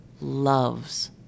loves